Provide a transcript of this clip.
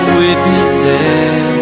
witnesses